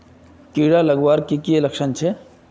कीड़ा लगवार की की लक्षण छे?